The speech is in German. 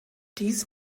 dies